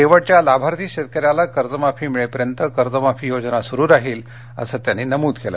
शेवटच्या लाभार्थी शेतकऱ्याला कर्जमाफी मिळेपर्यंत कर्जमाफी योजना सुरू राहील असं त्यांनी यावेळी नमुद केलं